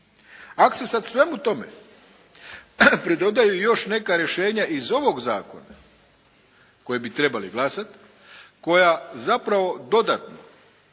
Ak se sad svemu tome pridodaju još neka rješenja iz ovog Zakona koji bi trebali glasati, koja zapravo dodatno